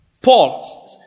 Paul